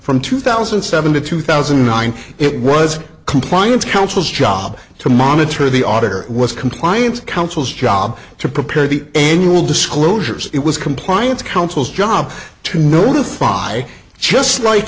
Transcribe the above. from two thousand and seven to two thousand and nine it was compliance council's job to monitor the auditor with compliance council's job to prepare the annual disclosures it was compliance council's job to notify just like